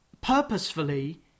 purposefully